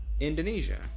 Indonesia